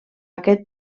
aquest